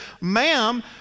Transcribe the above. ma'am